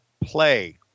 play